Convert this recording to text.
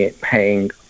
paying